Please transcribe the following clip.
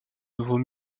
nouveau